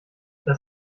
das